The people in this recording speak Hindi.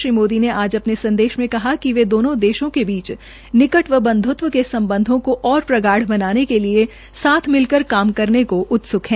श्री मोदी ने आज अपने संदेश में कहा कि वे दोनों देशों के बीच निकट और बंध्त्व के सम्बधों को और प्रगाढ़ बनाने के लिए साथ मिलकर काम करने का उत्सुक है